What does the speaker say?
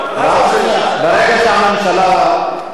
ברגע שהממשלה,